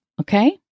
okay